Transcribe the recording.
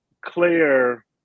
Claire